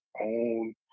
own